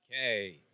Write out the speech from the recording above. Okay